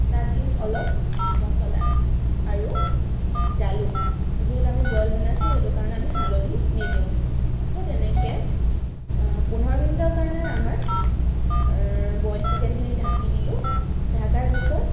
তাত দিম অলপ মছলা আৰু জালুক যিহেতু আমি বইল বনাইছোঁ সেইটো কাৰণে আমি হালধি নিদিওঁ তো তেনেকৈ পোন্ধৰ মিনিটৰ কাৰণে আমাৰ বইল চিকেনখিনি ঢাকি দিলোঁ ঢাকাৰ পিছত